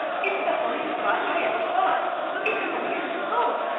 it's the homiest spot i ever saw it's homier than home,